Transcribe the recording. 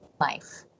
life